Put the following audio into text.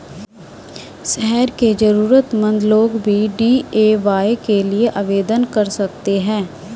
शहर के जरूरतमंद लोग भी डी.ए.वाय के लिए आवेदन कर सकते हैं